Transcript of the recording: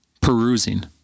perusing